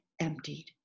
emptied